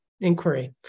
inquiry